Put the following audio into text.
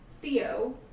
Theo